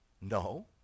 No